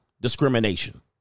discrimination